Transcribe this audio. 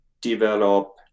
develop